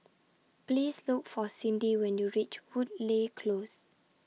Please Look For Cindi when YOU REACH Woodleigh Close